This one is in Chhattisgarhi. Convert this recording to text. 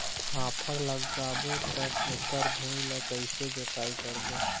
फाफण लगाबो ता ओकर भुईं ला कइसे जोताई करबो?